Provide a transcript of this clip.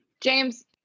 james